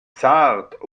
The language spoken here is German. zart